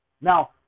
Now